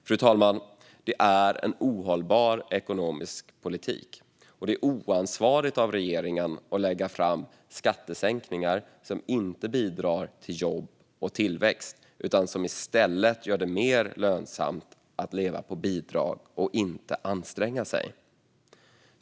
Fru talman! Det är en ohållbar ekonomisk politik, och det är oansvarigt av regeringen att lägga fram skattesänkningar som inte bidrar till jobb och tillväxt utan som i stället gör det mer lönsamt att leva på bidrag och inte anstränga sig.